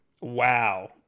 Wow